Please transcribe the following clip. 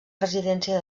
residència